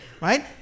right